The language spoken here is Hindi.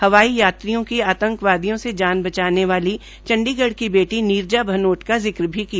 हवाई यात्रियों की आंतकवादियो से जान बचाने वाली चंडीगढ़ की बेटी नीरजा भनोट का भी जिक्र किया